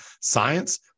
science